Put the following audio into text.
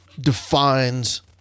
defines